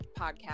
podcast